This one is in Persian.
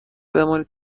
بمانید